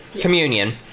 Communion